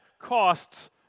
costs